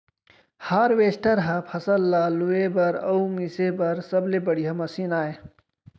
harvester ह फसल ल लूए बर अउ मिसे बर सबले बड़िहा मसीन आय